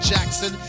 Jackson